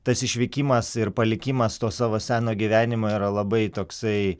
tas išvykimas ir palikimas to savo seno gyvenimo yra labai toksai